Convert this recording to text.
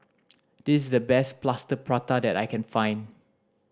this is the best Plaster Prata that I can find